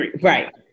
Right